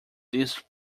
these